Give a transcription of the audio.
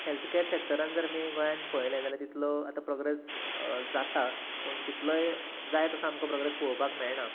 health care सॅक्टरांत जर आमी गोंयांत पळयलें जाल्यार तितलो आतां प्रोग्रेस जाता पूण तितलोय जाय तसो प्रोग्रेस आमकां पळोवपाक मेळना